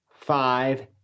five